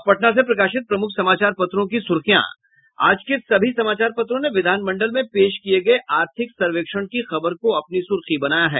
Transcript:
अब पटना से प्रकाशित प्रमुख समाचार पत्रों की सुर्खियां आज के सभी समाचार पत्रों ने विधान मंडल में पेश किये गये आर्थिक सर्वेक्षण की खबर को अपनी सुर्खी बनाया है